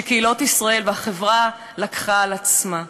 של קהילות ישראל שהחברה לקחה על עצמה.